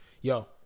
Yo